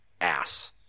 ass